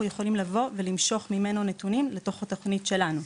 יכולים לבוא ולמשוך ממנו נתונים לתוך התוכנית שלנו.